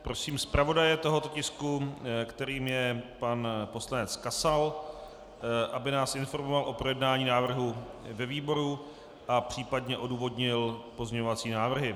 Prosím zpravodaje tohoto tisku, kterým je pan poslanec Kasal, aby nás informoval o projednání návrhu ve výboru a případně odůvodnil pozměňovací návrhy.